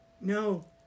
no